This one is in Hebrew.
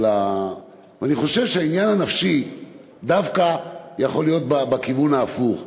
אני חושב שהעניין הנפשי דווקא יכול להיות בכיוון ההפוך,